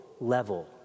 level